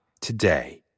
today